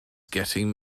getting